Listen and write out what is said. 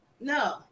No